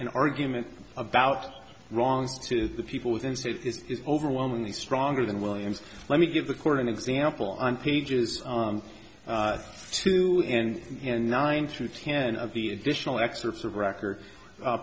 an argument about wrongs to the people within states is overwhelmingly stronger than williams let me give the court an example on pages two and and nine through ten of the additional excerpts of record